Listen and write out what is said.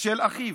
של אחיו,